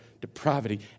depravity